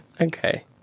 Okay